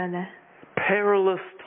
Perilous